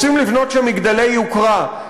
רוצים לבנות שם מגדלי יוקרה.